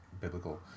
biblical